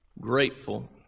grateful